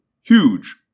huge